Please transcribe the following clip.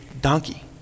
donkey